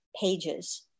pages